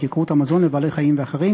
התייקרות המזון לבעלי-חיים ואחרים.